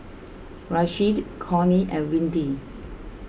Rasheed Connie and Windy